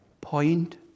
point